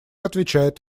отвечает